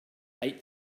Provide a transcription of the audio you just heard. eight